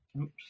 Oops